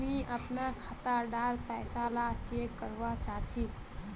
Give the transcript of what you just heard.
मुई अपना खाता डार पैसा ला चेक करवा चाहची?